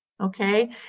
Okay